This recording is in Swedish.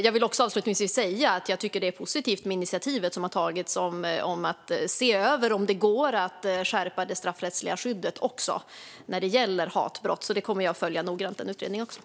Jag vill också avslutningsvis säga att jag tycker att det är positivt med initiativet att se över om det går att skärpa det straffrättsliga skyddet när det gäller hatbrott. Den utredningen kommer jag att följa noggrant.